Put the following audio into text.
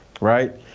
Right